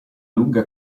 lunga